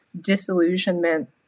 disillusionment